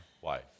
wife